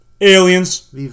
Aliens